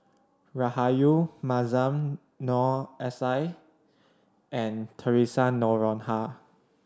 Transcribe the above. Rahayu Mahzam Noor S I and Theresa Noronha